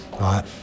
right